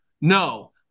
No